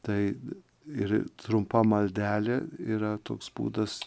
tai ir trumpa maldelė yra toks būdas